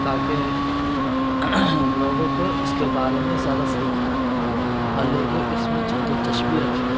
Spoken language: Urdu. تاکہ لوگوں کو اس کے بارے میں زیادہ فروغ ہوں اور لوگوں اس میں دلچسپی رکھے